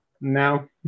No